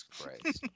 Christ